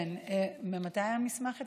כן, ממתי המסמך אצלך?